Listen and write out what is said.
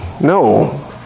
No